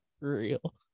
real